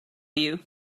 you